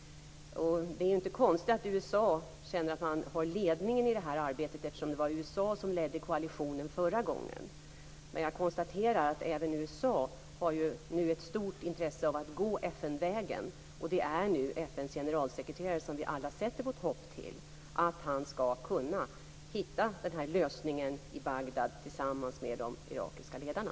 Det är inte konstigt att USA känner att de har ledningen i det här arbetet, eftersom det ju var USA som ledde koalitionen förra gången. Men jag konstaterar att även USA nu har ett stort intresse av att gå FN-vägen. Vi sätter alla vårt hopp till att FN:s generalsekreterare nu skall kunna hitta en lösning i Bagdad tillsammans med de irakiska ledarna.